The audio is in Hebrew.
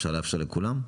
אפשר לאפשר לכולם?